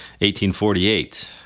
1848